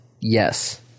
Yes